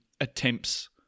attempts